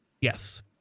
Yes